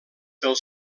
del